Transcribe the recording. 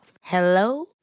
Hello